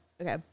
Okay